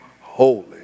holy